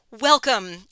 Welcome